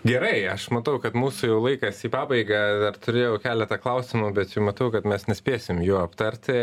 gerai aš matau kad mūsų jau laikas į pabaigą dar turėjau keletą klausimų bet jau matau kad mes nespėsim jų aptarti